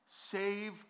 save